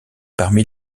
parmi